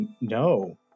no